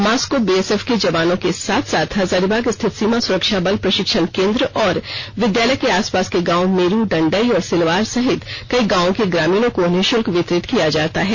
mask को BSF के जवानों के साथ साथ हजारीबाग स्थित सीमा सुरक्षा बल प्रषिक्षण केंद्र और विद्यालय के आस पास के गांव मेरू डंडई और सिलवार सहित कई गांवों के ग्रामीणों को निःष्प्क वितरित किया जाता है